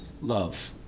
Love